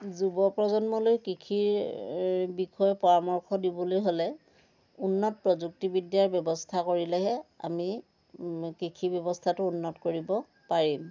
যুৱপ্ৰজন্মলৈ কৃষিৰ বিষয়ে পৰামৰ্শ দিবলৈ হ'লে উন্নত প্ৰযুক্তিবিদ্যাৰ ব্যৱস্থা কৰিলেহে আমি কৃষি ব্যৱস্থাটো উন্নত কৰিব পাৰিম